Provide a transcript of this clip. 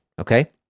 okay